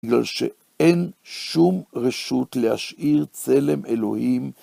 בגלל שאין שום רשות להשאיר צלם אלוהים